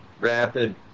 rapid